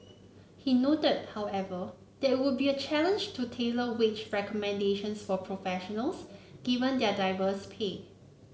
he noted however that it would be a challenge to tailor wage recommendations for professionals given their diverse pay